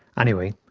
anyway,